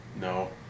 No